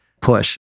push